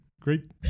Great